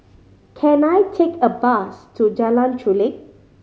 can I take a bus to Jalan Chulek